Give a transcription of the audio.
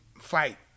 fight